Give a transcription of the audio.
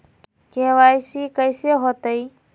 KYC कैसे होतई?